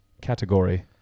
category